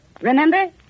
Remember